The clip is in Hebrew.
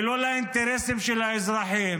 ולא לאינטרסים של האזרחים.